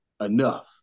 enough